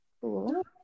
Cool